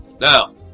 Now